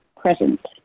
present